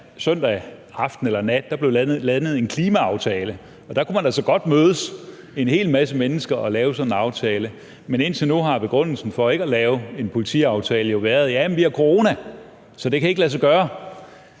søndag aften eller nat blev landet en klimaaftale. Da kunne man altså godt mødes en hel masse mennesker og lave sådan en aftale. Men indtil nu har begrundelsen for ikke at lave en politiaftale jo været: Jamen vi har corona, så det kan ikke lade sig gøre.